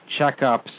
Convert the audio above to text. checkups